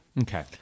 Okay